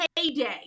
heyday